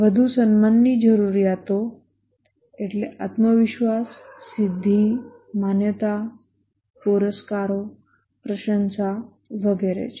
વધુની સન્માનની જરૂરિયાતો આત્મવિશ્વાસ સિદ્ધિ માન્યતા પુરસ્કારો પ્રશંસા વગેરે છે